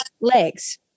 legs